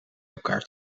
elkaar